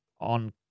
on